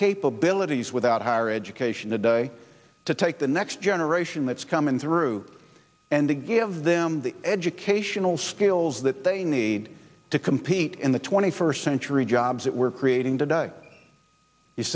capabilities without higher education today to take the next generation that's coming through and to give them the educational skills that they need to compete in the twenty first century jobs that we're creating today you